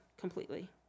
completely